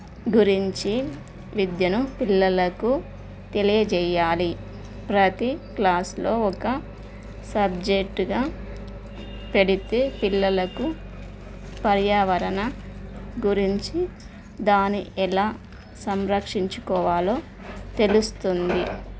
గురించి విద్యను పిల్లలకు తెలియజేయాలి ప్రతీ క్లాస్లో ఒక సబ్జెక్టుగా పెడితే పిల్లలకు పర్యావరణ గురించి దాని ఎలా సంరక్షించుకోవాలో తెలుస్తుంది